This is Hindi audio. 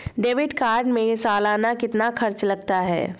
डेबिट कार्ड में सालाना कितना खर्च लगता है?